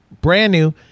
brand-new